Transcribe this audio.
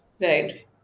Right